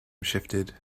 shifted